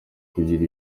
kugira